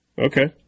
Okay